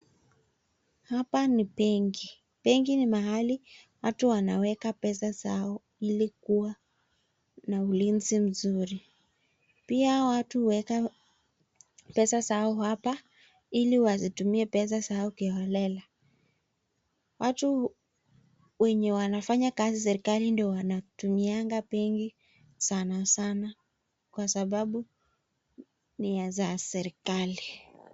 Hapa ni benki. Benki ni mahali watu wanaweka pesa zao ili kuwa na ulinzi mzuri. Pia watu huweka pesa zao hapa ili wasitumie pesa zao kiholela. Watu wenye wanafanya kazi serikali ndio wanatumianga benki sana sana kwa sababu ni za serikali.